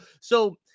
So-